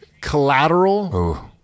Collateral